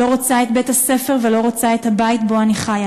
לא רוצה את בית-הספר ולא רוצה את הבית שבו אני חיה,